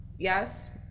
Yes